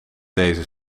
deze